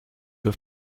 have